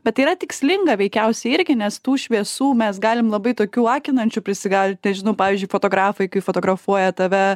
bet tai yra tikslinga veikiausiai irgi nes tų šviesų mes galim labai tokių akinančių prisigaudyt nežinau pavyzdžiui fotografai kai fotografuoja tave